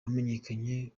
wamenyekanye